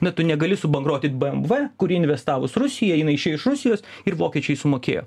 na tu negali subankrotint bmv kuri investavus rusijoj jinai išėjo iš rusijos ir vokiečiai sumokėjo